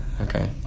okay